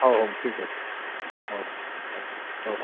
ହଉ ହଉ ଠିକ ଅଛି ହଉ ହଉ ହଉ